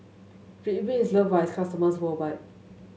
Ridwind is loved by its customers worldwide